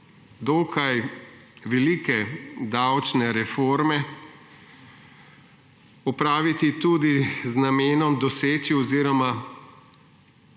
dokaj velike davčne reforme opraviti tudi z namenom doseči oziroma